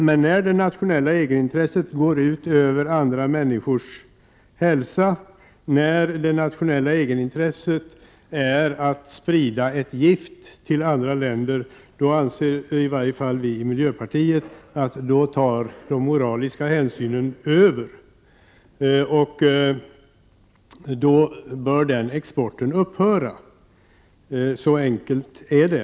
Men när det nationella egenintresset går ut över andra människors hälsa, och när det nationella egenintresset är att sprida ett gift till andra länder, anser i varje fall vi i miljöpartiet att de moraliska hänsynen tar över. Den exporten bör upphöra, så enkelt är det.